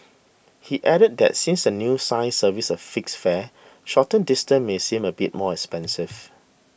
he added that since the new science service a fixed fare shorter distances may seem a bit more expensive